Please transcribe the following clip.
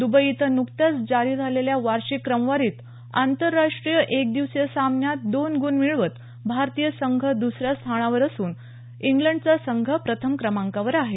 Dubai इथं नुकत्याचं जारी झालेल्या वार्षिक क्रमवारीत आतंरराष्ट्रीय एकदिवसीय सामन्यात दोन गुण मिळवत भारतीय संघ दुसऱ्या स्थानावर असुन इंग्लंडचा संघ प्रथम क्रमांकावर आहे